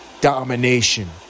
Domination